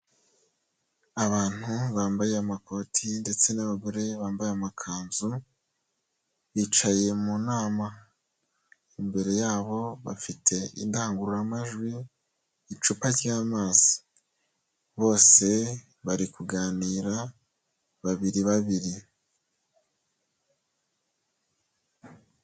Abantu bambaye amakoti ndetse n'abagore bambaye amakanzu, bicaye mu nama. Imbere yabo bafite indangururamajwi, icupa ry'amazi, bose bari kuganira babiri babiri.